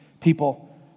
people